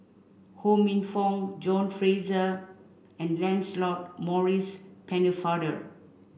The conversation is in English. Ho Minfong John Fraser and Lancelot Maurice Pennefather